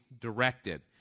directed